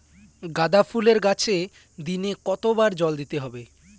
গাদা ফুলের গাছে দিনে কতবার জল দিতে হবে?